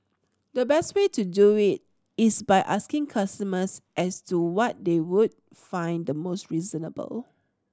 the best way to do we is by asking customers as to what they would find the most reasonable